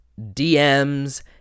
DMs